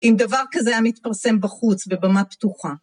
עם דבר כזה היה מתפרסם בחוץ, בבמה פתוחה.